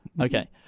Okay